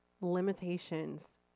limitations